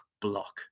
Block